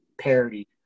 parody